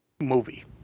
movie